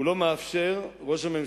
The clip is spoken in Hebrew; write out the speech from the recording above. הוא לא מאפשר, ראש הממשלה,